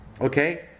Okay